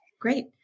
great